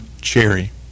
Cherry